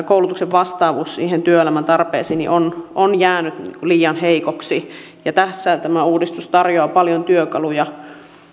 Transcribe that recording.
koulutuksen vastaavuus työelämän tarpeisiin on on jäänyt liian heikoksi tässä tämä uudistus tarjoaa paljon työkaluja